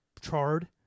charred